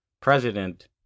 president